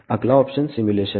अगला option simulation है